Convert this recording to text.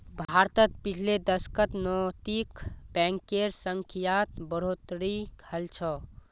भारतत पिछले दशकत नैतिक बैंकेर संख्यात बढ़ोतरी हल छ